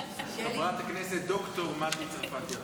חברת הכנסת ד"ר מטי צרפתי הרכבי.